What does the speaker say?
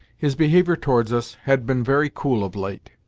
his behaviour towards us had been very cool of late,